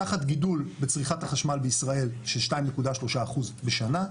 תחת גידול בצריכת החשמל בישראל של 2.3% בשנה,